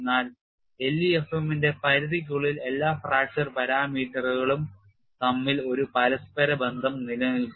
എന്നാൽ LEFM ന്റെ പരിധിക്കുള്ളിൽ എല്ലാ ഫ്രാക്ചർ പാരാമീറ്ററുകളും തമ്മിൽ ഒരു പരസ്പര ബന്ധം നിലനിൽക്കുന്നു